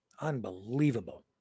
Unbelievable